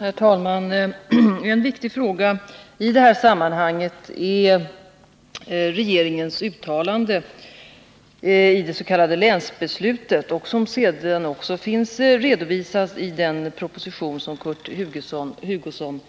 Herr talman! En viktig fråga i detta sammanhang är regeringens uttalande i det s.k. länsbeslutet, vilket också finns redovisat i den proposition som Kurt Hugosson